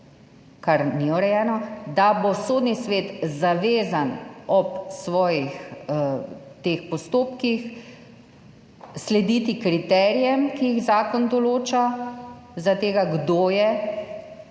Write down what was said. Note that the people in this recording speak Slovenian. kar ni urejeno – da bo Sodni svet zavezan ob teh svojih postopkih slediti kriterijem, ki jih zakon določa za to, kdo je